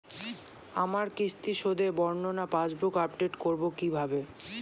আমার কিস্তি শোধে বর্ণনা পাসবুক আপডেট করব কিভাবে?